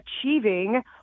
achieving